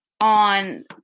on